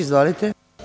Izvolite.